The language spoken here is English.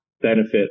benefit